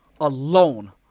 alone